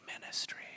ministry